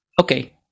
okay